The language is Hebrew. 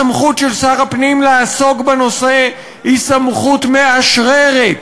הסמכות של שר הפנים לעסוק בנושא היא סמכות מאשררת.